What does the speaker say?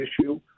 issue